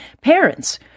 parents